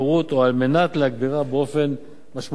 או על מנת להגבירה באופן משמעותי.